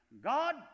God